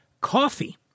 coffee